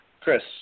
Chris